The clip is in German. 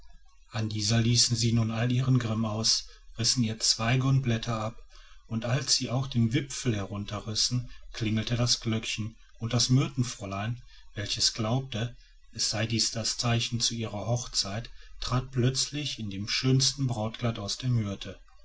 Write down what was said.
an dieser ließen sie nun allen ihren grimm aus rissen ihr zweige und blätter ab und als sie auch den wipfel herunterrissen klingelte das glöckchen und das myrtenfräulein welches glaubte es sei dies das zeichen zu ihrer hochzeit trat plötzlich in dem schönsten brautkleide aus der myrte